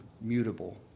mutable